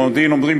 ובמודיעין אומרים,